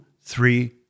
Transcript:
three